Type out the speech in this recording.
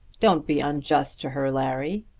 don't be unjust to her, larry.